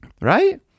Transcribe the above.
Right